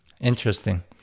Interesting